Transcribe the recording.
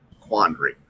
quandary